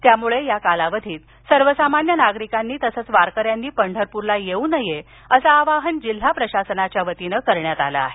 त्यामुळे या कालावधीत सर्वसामान्य नागरिकांनी तसेच वारकऱ्यांनी पंढरपूरला येवू नये असं आवाहन जिल्हा प्रशासनाच्या वतीने करण्यात आलं आहे